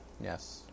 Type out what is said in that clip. Yes